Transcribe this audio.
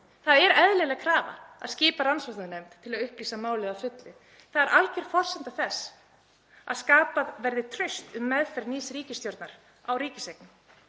Það er eðlileg krafa að skipa rannsóknarnefnd til að upplýsa málið að fullu. Það er alger forsenda þess að skapað verði traust um meðferð nýrrar ríkisstjórnar á ríkiseign.